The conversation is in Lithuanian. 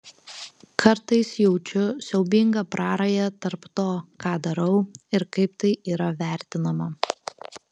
kartais jaučiu siaubingą prarają tarp to ką darau ir kaip tai yra vertinama